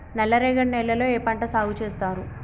నల్లరేగడి నేలల్లో ఏ పంట సాగు చేస్తారు?